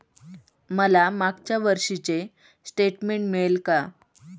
मला मागच्या वर्षीचे स्टेटमेंट मिळेल का?